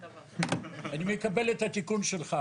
אני מקבל את התיקון שלך.